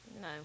No